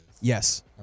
Yes